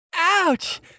Ouch